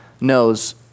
knows